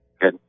Good